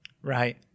Right